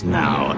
now